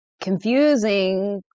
confusing